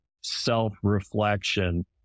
self-reflection